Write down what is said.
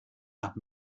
nach